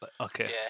Okay